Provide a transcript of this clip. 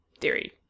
theory